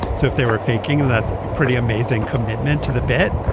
so if they were faking it that's pretty amazing commitment to the bet.